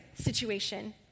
situation